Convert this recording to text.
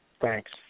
Thanks